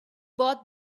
both